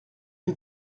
que